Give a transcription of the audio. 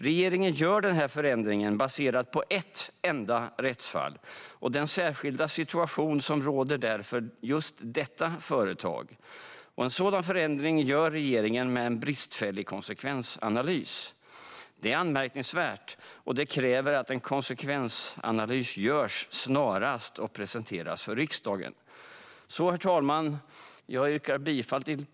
Regeringen gör den här förändringen baserat på ett enda rättsfall och den särskilda situationen för just det företaget. En sådan förändring gör regeringen med en bristfällig konsekvensanalys. Det är anmärkningsvärt. Det krävs att en konsekvensanalys görs snarast och presenteras för riksdagen. Herr talman!